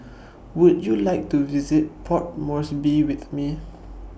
Would YOU like to visit Port Moresby with Me